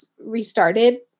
restarted